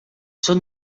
són